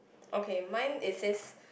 okay mine it says